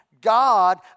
God